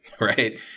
right